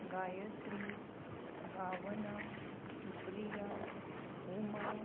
Gayatri Bhavana Supriya Uma